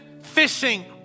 fishing